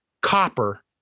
Copper